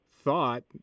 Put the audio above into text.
thought